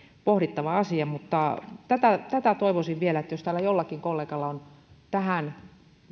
pohdittava asia mutta tätä tätä toivoisin vielä jos täällä jollakin kollegalla on tähän